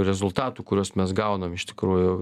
rezultatų kuriuos mes gaunam iš tikrųjų